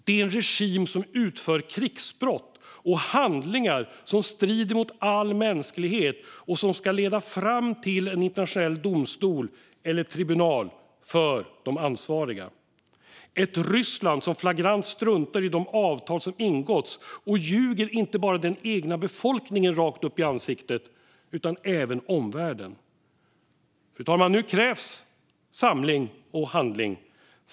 Det är en regim som utför krigsbrott och handlingar som strider mot all mänsklighet och som ska leda fram till en internationell domstol eller tribunal för de ansvariga. Det är ett Ryssland som flagrant struntar i de avtal som ingåtts och ljuger inte bara den egna befolkningen rakt upp i ansiktet utan även omvärlden. Fru talman! Nu krävs samling och handling.